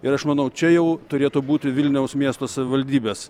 ir aš manau čia jau turėtų būti vilniaus miesto savivaldybės